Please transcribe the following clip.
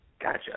Gotcha